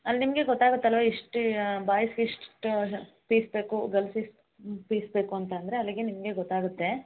ಅಲ್ಲಿ ನಿಮಗೆ ಗೊತ್ತಾಗುತ್ತಲ್ವ ಇಷ್ಟು ಯಾ ಬಾಯ್ಸಿಗೆ ಇಷ್ಟು ಪೀಸ್ ಬೇಕು ಗರ್ಲ್ಸಿಗೆ ಇಷ್ಟು ಪೀಸ್ ಬೇಕು ಅಂತ ಅಂದರೆ ಅಲ್ಲಿಗೆ ನಿಮಗೆ ಗೊತ್ತಾಗುತ್ತೆ